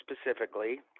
specifically